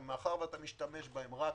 מאחר שאתה משתמש בהם רק